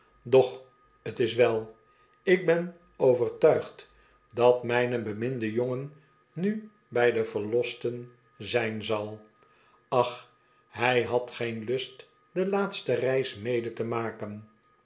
doch t is wel ik ben overtuigd dat mijne beminde jongen nu bij de verlosten zijn zal ach hij had geen lust de laatste reis mede te maken